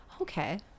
okay